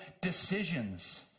decisions